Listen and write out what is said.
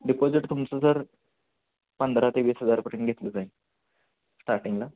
deposit तुमचं sir पंधरा ते वीस हजारपर्यंत घेतलं जाईल स्टार्टिंगला